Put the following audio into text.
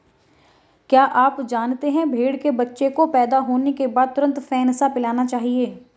क्या आप जानते है भेड़ के बच्चे को पैदा होने के बाद तुरंत फेनसा पिलाना चाहिए?